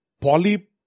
poly